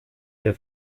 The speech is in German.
der